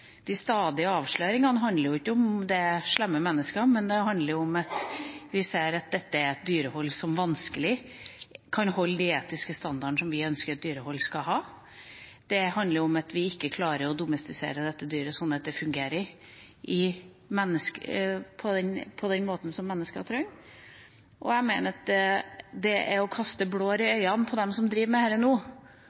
De stadige avsløringene handler ikke om at det er slemme mennesker, det handler om at vi ser at dette er et dyrehold som vanskelig kan holde de etiske standardene som vi ønsker at dyrehold skal ha. Det handler om at vi ikke klarer å domestisere dette dyret sånn at det fungerer på den måten som mennesker trenger. Jeg mener at det er å kaste blår i øynene på dem som driver med dette nå,